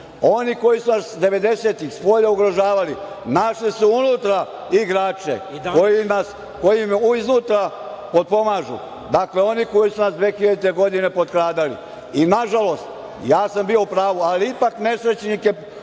Oni koji su nas 90-ih spolja ugrožavali, našli su unutra igrače koji im iznutra potpomažu. Dakle, oni koji su nas 2000. godine potkradali i nažalost, ja sam bio u pravu, ali ipak nesrećnike